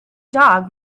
dog